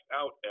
out